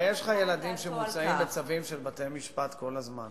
הרי יש לך ילדים שמוצאים בצווים של בתי-משפט כל הזמן.